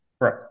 Right